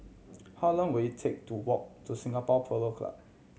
how long will it take to walk to Singapore Polo Club